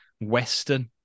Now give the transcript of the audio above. Western